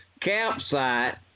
campsite